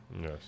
Yes